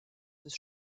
des